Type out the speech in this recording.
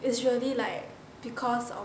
it's really like because